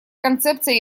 концепция